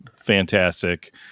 fantastic